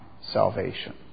salvation